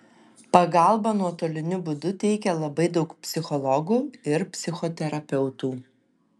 pagalbą nuotoliniu būdu teikia labai daug psichologų ir psichoterapeutų